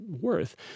worth